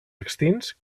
extints